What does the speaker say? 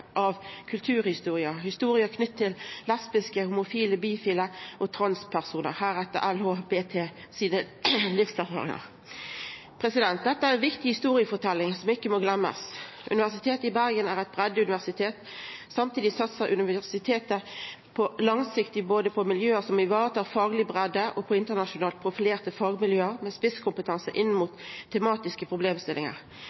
av kulturhistoria – historie knytt til livserfaringane til lesbiske, homofile, bifile og transpersonar, heretter LHBT. Dette er viktig historieforteljing som ikkje må gløymast. Universitetet i Bergen er eit breiddeuniversitet. Samtidig satsar universitetet langsiktig, både på miljø som varetar fagleg breidde, og på internasjonalt profilerte fagmiljø med spisskompetanse inn